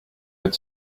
had